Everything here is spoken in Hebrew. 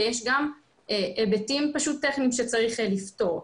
ויש גם היבטים טכניים שצריך לפתור.